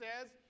says